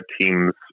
teams